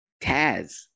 taz